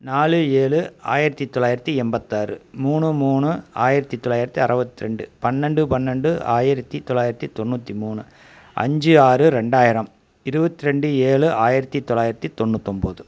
நாலு ஏழு ஆயிரத்தி தொள்ளாயிரத்தி எண்பத்தாறு மூணு மூணு ஆயிரத்தி தொள்ளாயிரத்தி அறபத்ரெண்டு பன்னெண்டு பன்னெண்டு ஆயிரத்தி தொள்ளாயிரத்தி தொண்ணூற்றி மூணு அஞ்சு ஆறு ரெண்டாயிரம் இருபத்திரெண்டு ஏழு ஆயிரத்தி தொள்ளாயிரத்தி தொண்ணூத்தொம்பது